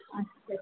अच्छा